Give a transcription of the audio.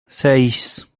seis